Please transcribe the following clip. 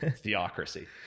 theocracy